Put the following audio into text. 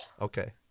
Okay